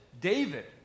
David